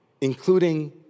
including